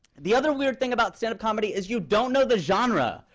the other weird thing about stand-up comedy is you don't know the genre.